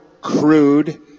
crude